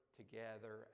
together